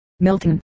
Milton